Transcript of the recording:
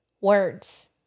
words